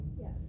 Yes